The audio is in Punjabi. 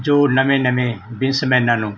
ਜੋ ਨਵੇਂ ਨਵੇਂ ਬਿਜਨਸਮੈਨਾਂ ਨੂੰ